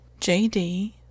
JD